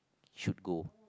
should go